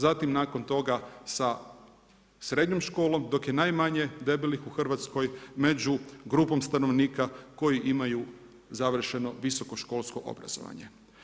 Zatim nakon toga sa srednjom školom, dok je najmanje debelih u Hrvatskoj među grupom stanovnika koji imaju završeno visoko školsko obrazovanje.